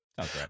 Okay